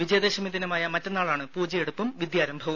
വിജയദശമി ദിനമായ മറ്റന്നാൾ ആണ് പൂജയെടുപ്പും വിദ്യാരംഭവും